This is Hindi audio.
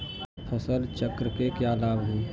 फसल चक्र के क्या लाभ हैं?